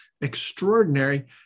extraordinary